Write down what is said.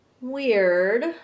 Weird